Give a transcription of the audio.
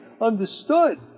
understood